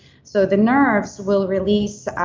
so the nerves will release